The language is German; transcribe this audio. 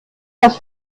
das